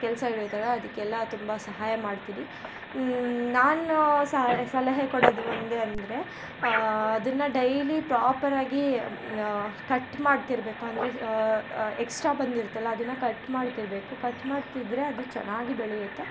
ಕೆಲಸ ಹಿಡಿಯುತ್ತಲ್ಲ ಅದಕ್ಕೆಲ್ಲ ತುಂಬ ಸಹಾಯ ಮಾಡ್ತೀನಿ ನಾನು ಸಹಾಯ ಸಲಹೆ ಕೊಡೋದು ಒಂದೇ ಅಂದರೆ ಅದನ್ನು ಡೈಲಿ ಪ್ರಾಪರ್ ಆಗಿ ಕಟ್ ಮಾಡ್ತಿರಬೇಕು ಅಂದರೆ ಎಕ್ಸ್ಟ್ರಾ ಬಂದಿರುತ್ತಲ್ಲ ಅದನ್ನ ಕಟ್ ಮಾಡ್ತಿರಬೇಕು ಕಟ್ ಮಾಡ್ತಿದ್ದರೆ ಅದು ಚೆನ್ನಾಗಿ ಬೆಳೆಯುತ್ತೆ